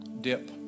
dip